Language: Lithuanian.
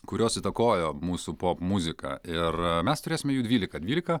kurios įtakojo mūsų popmuziką ir mes turėsime jų dvylika dvylika